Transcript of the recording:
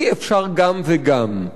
אי-אפשר גם וגם.